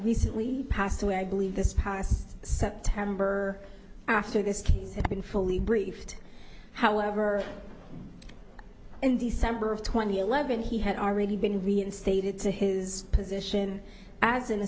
recently passed away i believe this past september after this case has been fully briefed however in december of twenty eleven he had already been reinstated to his position as an